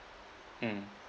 mm